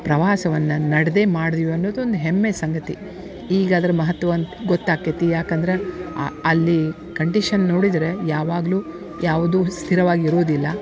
ಪ್ರವಾಸವನ್ನ ನಡೆದೇ ಮಾಡ್ದ್ವಿ ಅನ್ನೋದು ಒಂದು ಹೆಮ್ಮೆಯ ಸಂಗತಿ ಈಗ ಅದ್ರ ಮಹತ್ವ ಅಂತ ಗೊತ್ತಾಗ್ತಿತ್ತು ಈಗ ಯಾಕಂದ್ರ ಅಲ್ಲಿ ಕಂಡೀಶನ್ ನೋಡಿದರೆ ಯಾವಾಗಲೂ ಯಾವುದೂ ಸ್ಥಿರವಾಗಿ ಇರುವುದಿಲ್ಲ